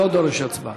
לא דורש הצבעה.